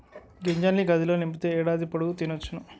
గింజల్ని గాదిలో నింపితే ఏడాది పొడుగు తినొచ్చును